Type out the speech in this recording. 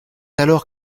alors